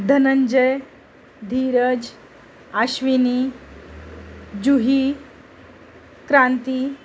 Dhananjay Dheeraj Ashwini Juhi Kranti